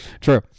true